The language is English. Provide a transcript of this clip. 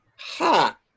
Ha